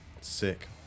Sick